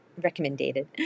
recommended